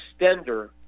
extender